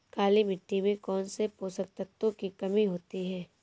काली मिट्टी में कौनसे पोषक तत्वों की कमी होती है?